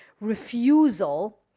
refusal